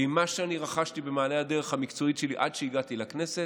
וממה שאני רכשתי במעלה הדרך המקצועית שלי עד שהגעתי לכנסת,